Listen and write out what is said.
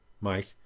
Mike